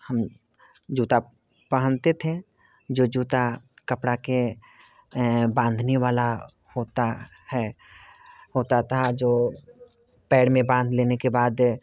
हम जूता पहनते थे जो जूता कपड़ा के बांधने वाला होता है होता था जो पैर में बांध लेने के बाद